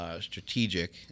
strategic